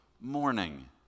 morning